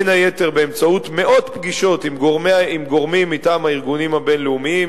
בין היתר באמצעות מאות פגישות עם גורמים מטעם הארגונים הבין-לאומיים,